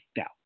out